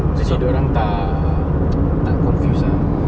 jadi dia orang tak tak confuse ah